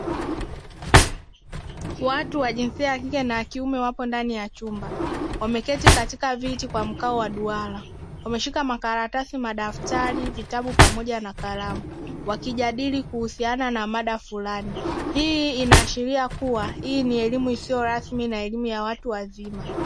Watu wa jinsia ya kike na kiume wapo ndani ya chumba wameketi katika viti kwa mkao wa duara wameshika makaratasi, madaftari, vitabu pamoja na kalamu, wakijadili kuhusiana na mada fulani. Hii inaashiria kuwa ni elimu isiyo rasmi na elimu ya watu wazima.